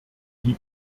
die